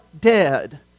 dead